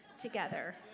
together